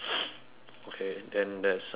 okay then that's uh pretty good